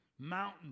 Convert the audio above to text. mountain